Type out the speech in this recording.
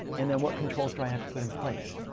and then what controls do i have to put in place?